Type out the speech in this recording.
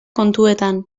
kontuetan